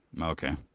Okay